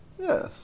Yes